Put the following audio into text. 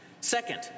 Second